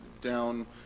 down